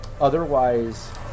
Otherwise